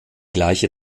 gleiche